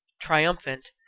triumphant